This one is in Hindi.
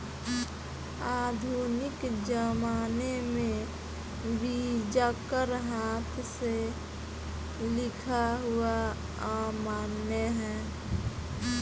आधुनिक ज़माने में बीजक हाथ से लिखा हुआ अमान्य है